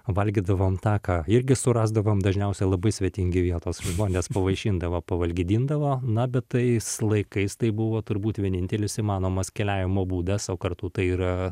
valgydavom tą ką irgi surasdavom dažniausiai labai svetingi vietos žmonės pavaišindavo pavalgydindavo na bet tais laikais tai buvo turbūt vienintelis įmanomas keliavimo būdas o kartu tai yra